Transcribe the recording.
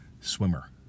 swimmer